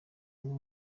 bamwe